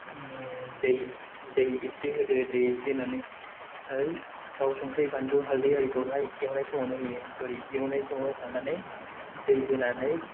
दै एसे होदो दै एसे होनानै थाव संख्रि बानलु हालदै आरिखौहाय एवनाय समावनो होयो सरि एवनाय समाव होखांनानै दै होनानै